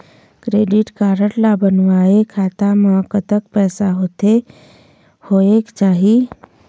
Credit card ला बनवाए खाता मा कतक पैसा होथे होएक चाही?